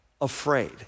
afraid